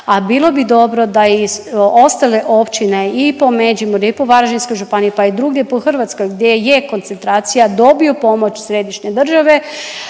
a bilo bi dobro da i ostale općine i po Međimurju i po Varaždinskoj županiji pa i drugdje po Hrvatskoj gdje je koncentracija dobiju pomoć središnje države,